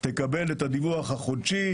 תקבל דיווח חודשי,